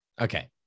Okay